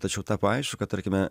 tačiau tapo aišku kad tarkime